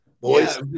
Boys